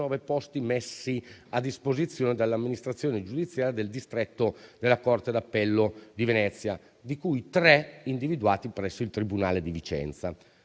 posti messi a disposizione dall'amministrazione giudiziaria del distretto della corte d'appello di Venezia, di cui tre individuati presso il tribunale di Vicenza.